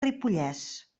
ripollès